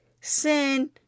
sin